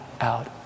out